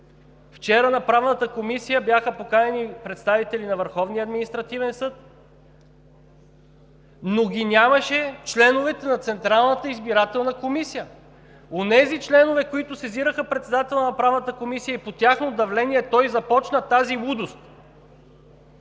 Вчера на Правната комисия бяха поканени представители на Върховния административен съд, но ги нямаше членовете на Централната избирателна комисия – онези членове, които сезираха председателя на Правната комисия и по тяхно давление той започна тази лудост.